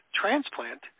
transplant